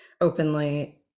openly